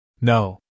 No